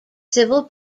civil